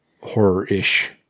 horror-ish